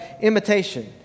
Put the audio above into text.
imitation